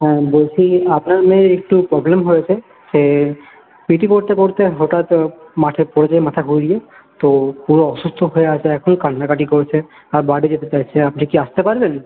হ্যাঁ বলছি আপনার মেয়ের একটু প্রবলেম হয়েছে সে পিটি করতে করতে হঠাৎ মাঠে পরে যায় মাথা ঘুরে গিয়ে তো পুরো অসুস্থ হয়ে আছে এখন কান্নাকাটি করছে আর বাড়ি যেতে চাইছে আপনি কি আসতে পারবেন